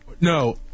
no